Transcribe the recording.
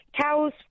cows